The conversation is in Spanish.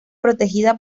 protegida